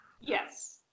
Yes